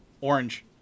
Orange